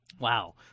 Wow